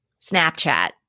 Snapchat